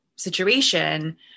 situation